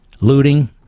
Looting